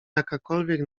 jakakolwiek